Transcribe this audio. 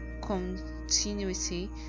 continuity